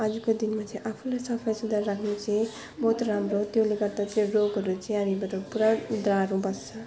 अरूको त्यो भने चाहिँ आफ्नो सफा सुग्घर राख्नु चाहिँ बहुत राम्रो हो त्यसले गर्दा त्यो रोगहरू चाहिँ हामीबाट पुरा बस्छ